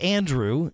Andrew